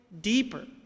deeper